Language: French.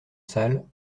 salle